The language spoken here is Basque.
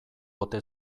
ote